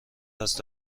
دست